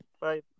Bye